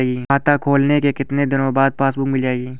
खाता खोलने के कितनी दिनो बाद पासबुक मिल जाएगी?